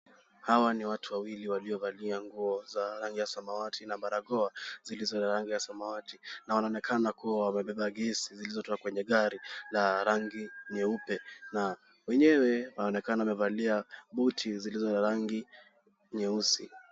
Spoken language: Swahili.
Hawa ni watu wawili walivalia nguo za rangi ya samawati na barakoa zilizo ya rangi ya samawati na wanaonekana kuwa wamebeba gesi zilizotoka kwenye gari la rangi nyeupe na wenyewe waonekana wamevalia buti zilizo za rangi nyeusi.